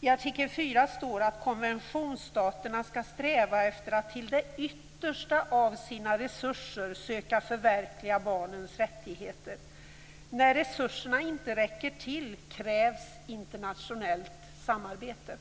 I artikel 4 står att "konventionsstaterna ska sträva efter att till det yttersta av sina resurser söka förverkliga barnens rättigheter. När resurserna inte räcker till krävs internationellt samarbete".